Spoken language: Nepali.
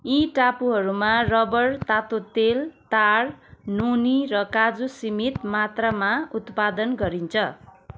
यी टापुहरूमा रबर रातो तेल ताड नोनी र काजु सीमित मात्रामा उत्पादन गरिन्छ